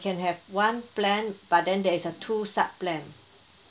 can have one plan but then there's a two sub plan